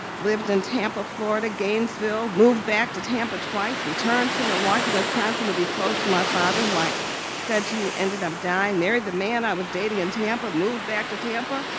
lived in tampa, florida, gainesville, moved back to tampa twice, returned to milwaukee, wisconsin to be close to my father who i said to you ended up dying, married the man i was dating in tampa, moved back to tampa,